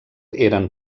eren